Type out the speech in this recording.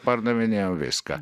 pardavinėjom viską